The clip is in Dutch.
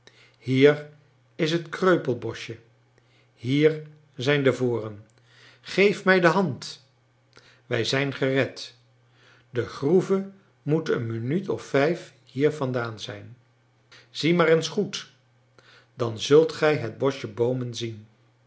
hier is het kreupelboschje hier zijn de voren geef mij de hand wij zijn gered de groeve moet een minuut of vijf hier vandaan zijn zie maar eens goed dan zult gij het boschje boomen zien